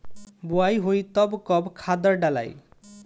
बोआई होई तब कब खादार डालाई?